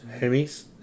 Hemis